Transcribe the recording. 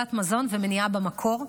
הצלת מזון ומניעה במקור,